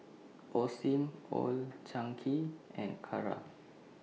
Osim Old Chang Kee and Kara